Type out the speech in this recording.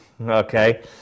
okay